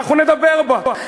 ואנחנו נדבר בה,